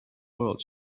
world